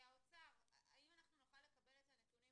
האוצר, האם אנחנו נוכל לקבל את הנתונים